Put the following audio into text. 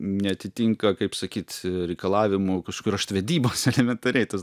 neatitinka kaip sakyt reikalavimų kažkokių raštvedybos elementariai tas